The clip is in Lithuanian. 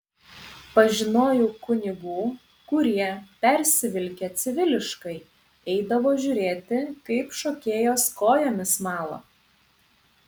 pažinojau kunigų kurie persivilkę civiliškai eidavo žiūrėti kaip šokėjos kojomis mala